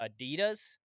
Adidas